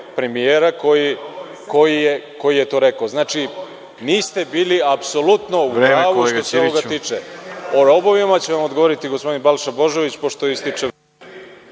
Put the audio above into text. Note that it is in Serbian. s mesta: Robovi?)Znači, niste bili apsolutno u pravu što se ovoga tiče. O robovima će vam odgovoriti gospodin Balša Božović, pošto ističe